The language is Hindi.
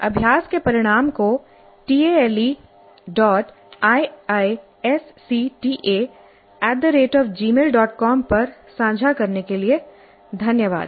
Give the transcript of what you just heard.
अभ्यास के परिणाम को taleiisctagmailcom पर साझा करने के लिए धन्यवाद